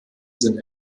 sind